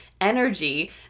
energy